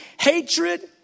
hatred